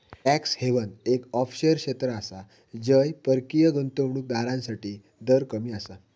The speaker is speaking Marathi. टॅक्स हेवन एक ऑफशोअर क्षेत्र आसा जय परकीय गुंतवणूक दारांसाठी दर कमी आसा